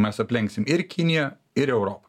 mes aplenksim ir kiniją ir europą